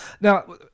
Now